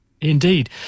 indeed